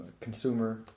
consumer